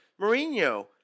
Mourinho